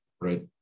Right